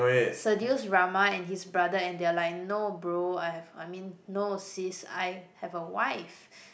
seduce Rahma and his brother and they're like no bro I have I mean no sis I have a wife